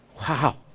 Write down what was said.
Wow